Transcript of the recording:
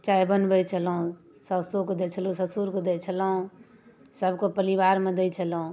चाइ बनबै छलहुँ साउसोके दै छलहुँ ससुरोके दै छलहुँ सबके परिवारमे दै छलहुँ